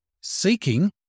seeking